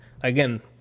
again